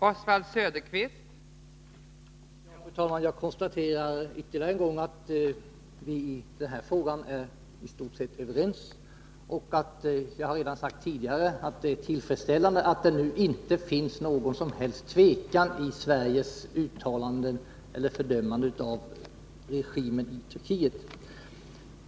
Fru talman! Jag konstaterar ytterligare en gång att vi i den här frågan nu i stort sett är överens. Jag har redan tidigare sagt att det är tillfredsställande att det nu inte finns någon som helst tvekan när det gäller Sveriges fördömande av regimen i Turkiet.